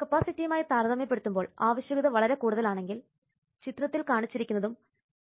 കപ്പാസിറ്റിയുമായി താരതമ്യപ്പെടുത്തുമ്പോൾ ആവശ്യകത വളരെ കൂടുതലാണെങ്കിൽ ചിത്രത്തിൽ കാണിച്ചിരിക്കുന്നതും